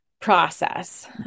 process